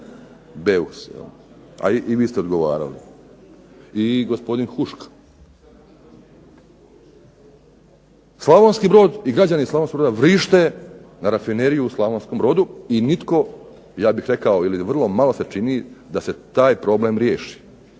jel', a i vi ste odgovarali, i gospodin Huška. Slavonski Brod i građani Slavonskog Broda vrište na rafineriju u Slavonskom Brodu i nitko, ja bih rekao, ili vrlo malo se čini da se taj problem riješi.